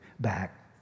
back